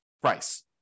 price